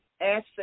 Asset